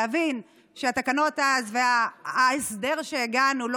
להבין שהתקנות אז וההסדר שהגענו אליו